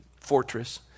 fortress